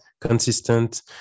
consistent